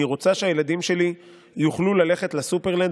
אני רוצה שהילדים שלי יוכלו ללכת לסופרלנד